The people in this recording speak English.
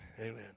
Amen